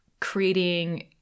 creating